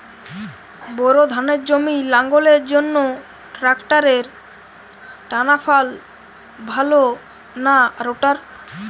Bore ধানের জমি লাঙ্গলের জন্য ট্রাকটারের টানাফাল ভালো না রোটার?